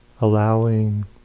allowing